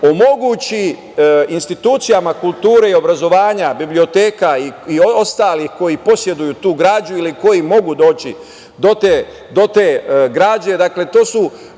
omogući institucijama kulture i obrazovanja, biblioteka i ostalih koji poseduju tu građu ili koji mogu doći do te građe,